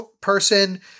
person